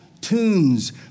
tunes